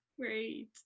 Great